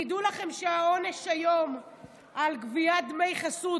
תדעו לכם שהעונש היום על גביית דמי חסות,